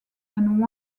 and